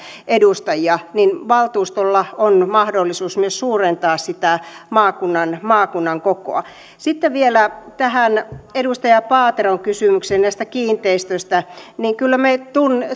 edustajia niin valtuustolla on mahdollisuus myös suurentaa sitä maakunnan maakunnan kokoa sitten vielä tähän edustaja paateron kysymykseen näistä kiinteistöistä kyllä me